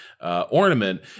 ornament